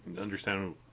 understand